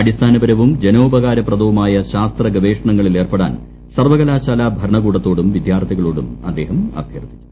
അടിസ്ഥാനപരവും ജനോപകാരപ്രദവുമായ ശാസ്ത്രഗവേഷണങ്ങളിൽ ഏർപ്പെടാൻ സർവകലാശാലാ ഭരണകൂടത്തോടും വിദ്യാർത്ഥികളോടും അദ്ദേഹം അഭ്യർത്ഥിച്ചു